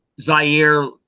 Zaire